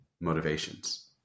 motivations